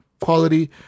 quality